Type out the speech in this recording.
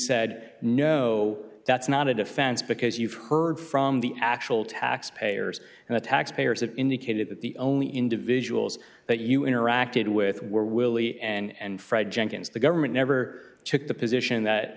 said no that's not a defense because you've heard from the actual taxpayers and the taxpayers have indicated that the only individuals that you interacted with were willie and fred jenkins the government never took the position that